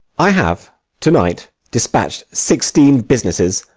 i have to-night dispatch'd sixteen businesses,